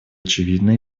очевидна